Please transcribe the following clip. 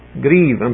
grieve